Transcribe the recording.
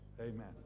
Amen